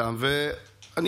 איזה שיח,